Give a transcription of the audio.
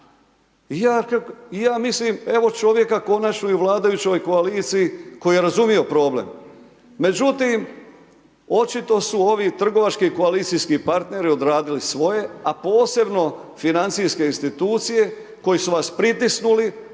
ja mislim evo čovjeka konačno i u vladajućoj koaliciji koji je razumio problem. Međutim očito su ovi trgovački koalicijski partneri odradili svoje, a posebno financijske institucije koje su vas pritisnuli,